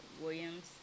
Williams